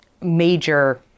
major